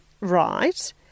right